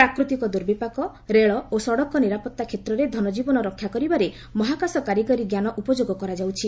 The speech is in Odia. ପ୍ରାକୃତିକ ଦୁର୍ବିପାକ ରେଳ ଓ ସଡ଼କ ନିରାପତ୍ତା କ୍ଷେତ୍ରରେ ଧନଜୀବନ ରକ୍ଷାକରିବାରେ ମହାକାଶ କାରିଗରୀ ଜ୍ଞାନ ଉପଯୋଗ କରାଯାଉଛି